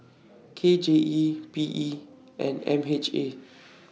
K J E P E and M H A